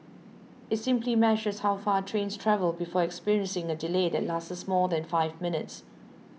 it simply measures how far trains travel before experiencing a delay that lasts for more than five minutes